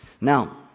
Now